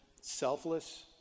selfless